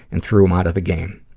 and threw him out of the game.